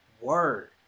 word